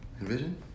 Envision